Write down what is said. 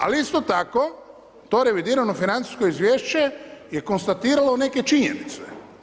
Ali isto tako to revidirano financijsko izvješće je konstatiralo neke činjenice.